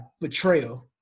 betrayal